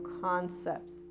concepts